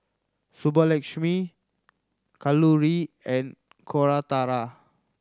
Subbulakshmi Kalluri and Koratala